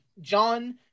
John